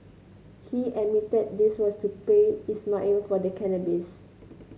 he admitted this was to pay Ismail for the cannabis